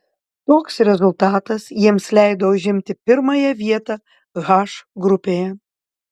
toks rezultatas jiems leido užimti pirmąją vietą h grupėje